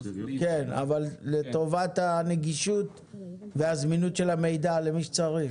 אבל לטובת הנגישות והזמינות של המידע למי שצריך.